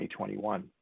2021